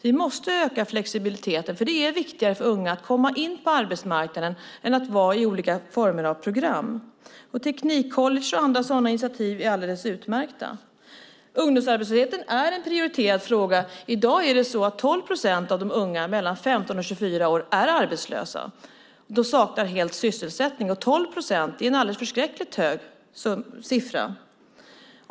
Vi måste öka flexibiliteten, för det är viktigare för unga att komma in på arbetsmarknaden än att vara i olika former av program. Teknikcollege och sådana initiativ är alldeles utmärkta. Ungdomsarbetslösheten är en prioriterad fråga. I dag är 12 procent av de unga mellan 15 och 24 år arbetslösa. De saknar helt sysselsättning. 12 procent är en alldeles förskräckligt hög siffra.